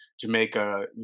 Jamaica